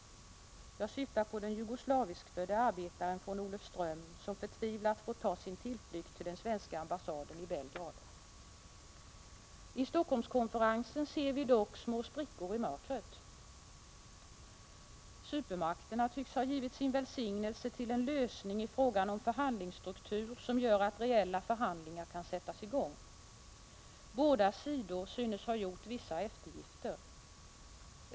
Jag syftar på den jugoslaviskfödde arbetaren från Olofström som förtvivlat får ta sin tillflykt till den svenska ambassaden i Belgrad. I Helsingforsskonferensen ser vi dock små sprickor i mörkret. Supermakterna tycks ha givit sin välsignelse till en lösning i frågan om förhandlingsstruktur, som gör att reella förhandlingar kan sättas i gång. Båda sidor synes ha gjort vissa eftergifter.